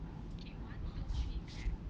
six